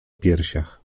piersiach